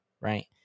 right